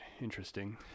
interesting